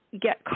get